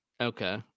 Okay